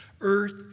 Earth